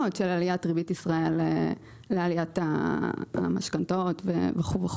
של עליית ריבית בנק ישראל לעליית המשכנתאות וכולי.